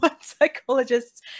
psychologists